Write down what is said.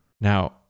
now